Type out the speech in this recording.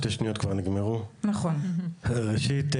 ראשית,